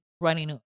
running